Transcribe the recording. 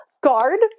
guard